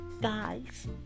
guys